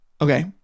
Okay